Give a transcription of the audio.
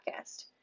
podcast